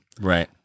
Right